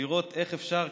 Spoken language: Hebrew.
לראות איך אפשר,